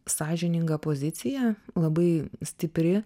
sąžininga pozicija labai stipri